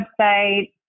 website